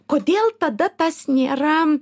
kodėl tada tas nėra